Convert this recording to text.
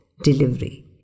Delivery